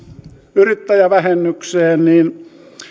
yrittäjävähennykseen niin